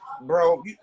bro